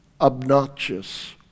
obnoxious